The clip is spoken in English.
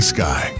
Sky